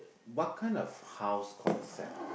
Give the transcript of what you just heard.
what kind of house concept